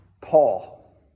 Paul